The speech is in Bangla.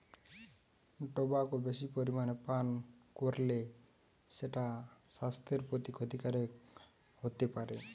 টবাকো বেশি পরিমাণে পান কোরলে সেটা সাস্থের প্রতি ক্ষতিকারক হোতে পারে